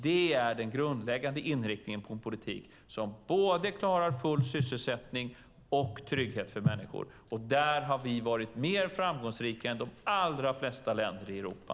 Det är den grundläggande inriktningen på en politik som klarar både full sysselsättning och trygghet för människor. Där har vi varit mer framgångsrika än de allra flesta länder i Europa.